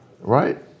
right